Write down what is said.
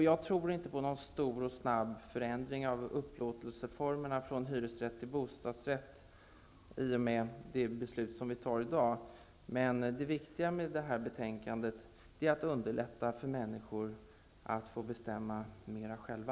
Jag tror inte på någon stor och snabb förändring av upplåtelseformerna från hyresrätt till bostadsrätt i och med det beslut vi fattar i dag, men det viktiga med det här betänkandet är att det underlättar för människor att få bestämma mer själva.